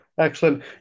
Excellent